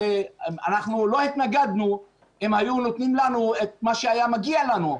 הרי לא התנגדנו אם היו נותנים לנו את מה שהיה מגיע לנו,